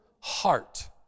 heart